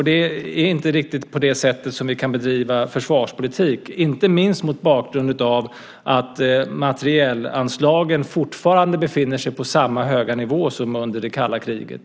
Det är inte riktigt på det sättet som vi kan bedriva försvarspolitik, inte minst mot bakgrund av att materielanslagen fortfarande befinner sig på samma höga nivå som under det kalla kriget.